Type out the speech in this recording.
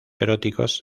eróticos